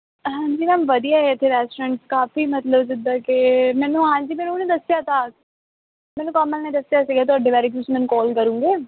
ਹਾਂਜੀ ਮੈਮ ਵਧੀਆ ਹੈ ਇੱਥੇ ਰੈਸਟੋਰੈਂਟ ਕਾਫੀ ਮਤਲਬ ਜਿੱਦਾਂ ਕਿ ਮੈਨੂੰ ਹਾਂਜੀ ਮੈਨੂੰ ਉਹਨੇ ਦੱਸਿਆ ਤਾ ਮੈਨੂੰ ਕਮਲ ਨੇ ਦੱਸਿਆ ਸੀਗਾ ਤੁਹਾਡੇ ਬਾਰੇ ਕਿ ਤੁਸੀਂ ਮੈਨੂੰ ਕਾਲ ਕਰੂੰਗੇ